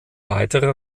weitere